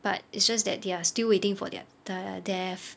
but it's just that they are still waiting for their their death